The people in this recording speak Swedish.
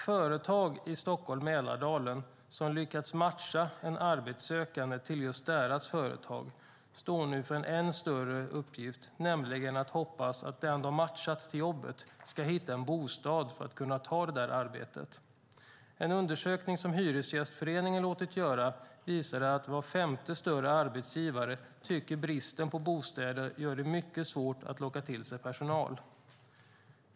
Företag i Stockholm-Mälardalen som lyckas matcha en arbetssökande till just deras företag står nu inför en än större utmaning, nämligen att den de har matchat till jobbet ska hitta en bostad för att kunna ta det där arbetet. En undersökning som Hyresgästföreningen har låtit göra visade att var femte större arbetsgivare tycker att bristen på bostäder gör det mycket svårt att locka till sig personal.